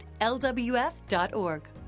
lwf.org